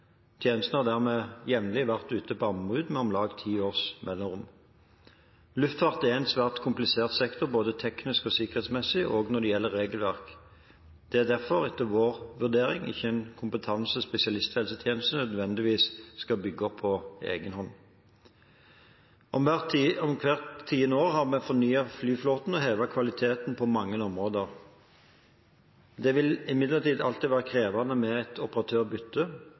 har dermed jevnlig vært ute på anbud med om lag ti års mellomrom. Luftfart er en svært komplisert sektor, både teknisk og sikkerhetsmessig, også når det gjelder regelverk. Det er derfor etter vår vurdering ikke en kompetansespesialisthelsetjeneste en nødvendigvis skal bygge opp på egen hånd. Hver tiende år har vi fornyet flyflåten og hevet kvaliteten på mange områder. Det vil imidlertid alltid være krevende med et operatørbytte.